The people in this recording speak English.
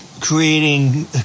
creating